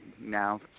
now